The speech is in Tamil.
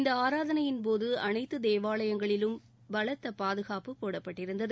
இந்த ல் ஆராதனையின் போது அனைத்து தேவாலயங்களிலும் பலத்த பாதுகாப்பு போடப்பட்டிருந்தது